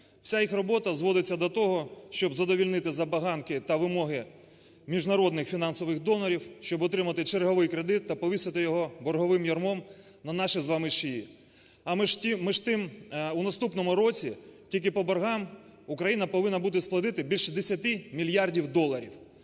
Всі їх робота зводиться до того, щоб задовольнити забаганки та вимоги міжнародних фінансових донорів, щоб отримати черговий кредит та повісити його борговим ярмом на наші з вами шиї. А між тим у наступному році тільки по боргах України повинна бути сплатити більше 10 мільярдів доларів.